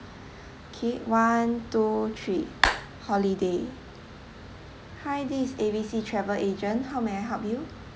okay one two three holiday hi this is A B C travel agent how may I help you